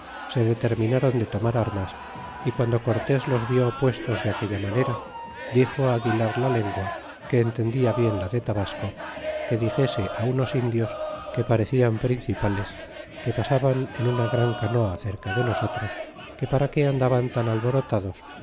se determináron de tomar armas y cuando cortés los vió puestos de aquella manera dixo aguilar la lengua que entendia bien la de tabasco que dixese á unos indios que parecian principales que pasaban en una gran canoa cerca de nosotros que para qué andaban tan alborotados